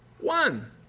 one